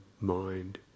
mind